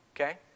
Okay